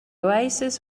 oasis